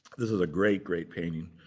this is a great, great painting.